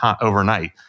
overnight